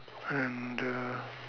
and uh